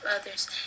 others